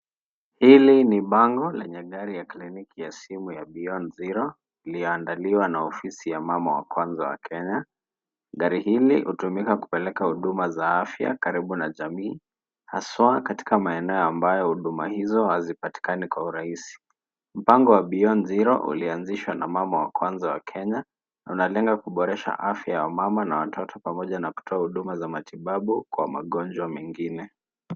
Hili ni bango lenye gari ya kliniki ya simu ya Beyond Zero lilioandaliwa na ofisi ya mama wa kwanza wa Kenya. Gari hili hutumika kupeleka huduma za afya karibu na jamii, haswa katika maeneo ambayo huduma hizo hazipatikani kwa urahisi. Mpango wa beyond zero ulianzishwa na mama wa kwanza wa Kenya na unalenga kuboresha afya ya wamama na watoto pamoja na kutoa huduma za matibabu kwa magonjwa mengine.